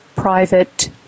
private